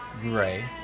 Gray